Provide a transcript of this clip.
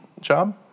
job